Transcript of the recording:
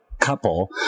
couple